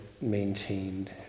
maintained